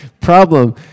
problem